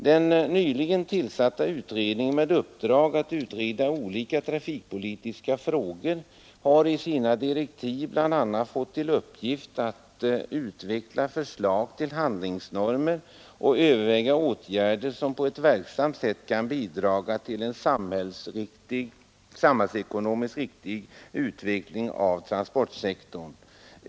Den nyligen tillsatta utredningen med uppdrag att utreda olika trafikpolitiska frågor har i sina direktiv bl.a. fått till uppgift att utveckla förslag till handlingsnormer och överväga åtgärder som på ett verksamt sätt kan bidraga till en samhällsekonomiskt riktig utveckling av transportsektorn.